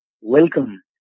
welcome